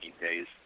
days